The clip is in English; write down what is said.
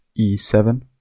e7